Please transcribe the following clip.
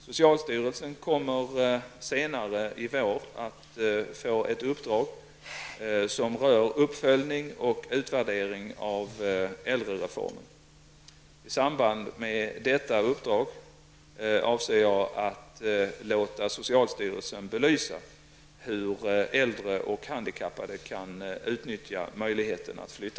Socialstyrelsen kommer senare i vår att få ett uppdrag som rör uppföljning och utvärdering av äldrereformen. I samband med detta uppdrag avser jag också att låta socialstyrelsen belysa hur äldre och handikappade kan utnyttja möjligheten att flytta.